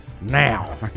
now